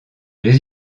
les